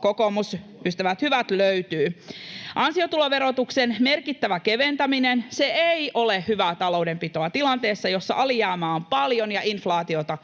kokoomus, ystävät hyvät, löytyy. Ansiotuloverotuksen merkittävä keventäminen ei ole hyvää taloudenpitoa tilanteessa, jossa alijäämää on paljon ja inflaatiota